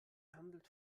handelt